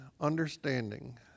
understanding